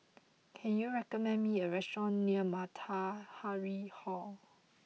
can you recommend me a restaurant near Matahari Hall